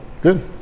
Good